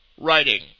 writing